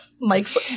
Mike's